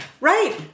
Right